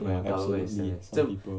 ya absolutely